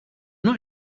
not